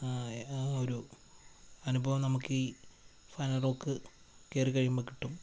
ഇത് ഒരു അനുഭവം നമുക്ക് ഇഇ ഫാനറോക്ക് കയറി കഴിയുമ്പോൾ കിട്ടും